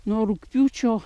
nuo rugpjūčio